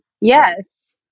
yes